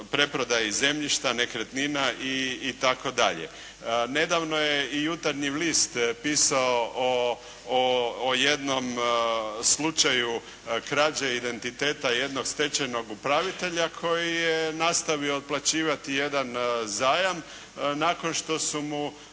preprodaji zemljišta, nekretnina itd. Nedavno je i "Jutarnji list" pisao o jednom slučaju krađe identiteta jednog stečajnog upravitelja koji je nastavio otplaćivati jedan zajam, nakon što su mu